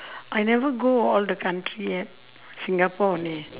I never go all the country yet singapore only